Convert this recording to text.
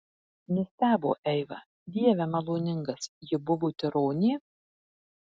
nustebo eiva dieve maloningas ji buvo tironė